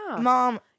Mom